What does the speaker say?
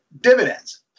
dividends